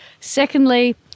Secondly